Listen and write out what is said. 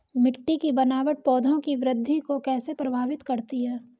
मिट्टी की बनावट पौधों की वृद्धि को कैसे प्रभावित करती है?